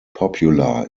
popular